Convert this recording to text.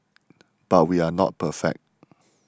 but we are not perfect